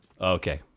Okay